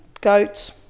goats